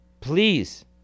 Please